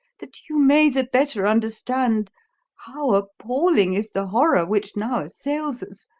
that you may the better understand how appalling is the horror which now assails us,